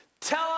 Tell